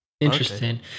Interesting